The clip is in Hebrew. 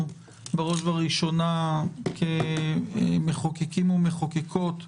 בראש ובראשונה כמחוקקים ומחוקקות,